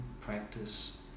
practice